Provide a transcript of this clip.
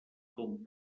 com